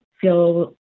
feel